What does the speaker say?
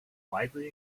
widely